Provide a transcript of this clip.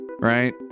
right